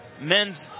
Men's